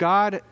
God